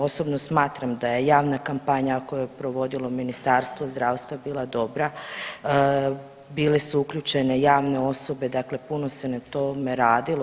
Osobno smatram da je javna kampanja koju je provodilo Ministarstvo zdravstva bila dobra, bile su uključene javne osobe, dakle puno se na tome radilo.